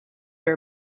her